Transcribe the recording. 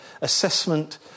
assessment